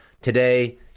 Today